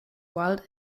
wild